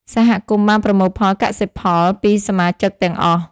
សហគមន៍បានប្រមូលផលកសិផលពីសមាជិកទាំងអស់។